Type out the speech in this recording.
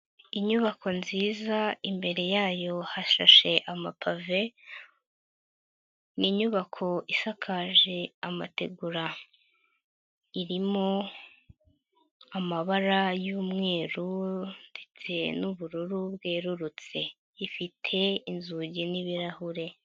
Inyubako nziza imbere yayo hashashe amapave, ni inyubako isakaje amategura, irimo amabara y'umweru ndetse n'ubururu bwerurutse, ifite inzugi n'ibirahure.